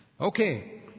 Okay